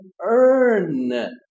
earn